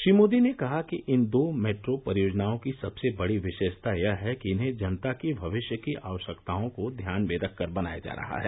श्री मोदी ने कहा कि इन दो मेट्रो परियोजनाओं की सबसे बड़ी विशेषता यह है कि इन्हें जनता की भविष्य की आवश्यकताओं को ध्यान में रखकर बनाया जा रहा है